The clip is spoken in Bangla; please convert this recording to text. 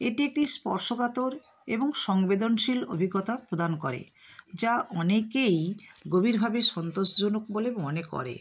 এটি একটি স্পর্শকাতর এবং সংবেদনশীল অভিজ্ঞতা প্রদান করে যা অনেকেই গভীরভাবে সন্তোষজনক বলে মনে করে